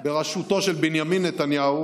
בראשותו של בנימין נתניהו,